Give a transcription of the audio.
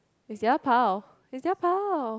is the other pile is the other pile